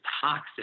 toxic